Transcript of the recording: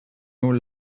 your